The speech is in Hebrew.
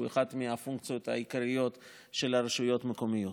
שהוא אחת הפונקציות העיקריות של הרשויות המקומיות.